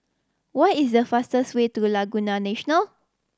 what is the fastest way to Laguna National